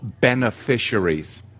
beneficiaries